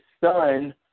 son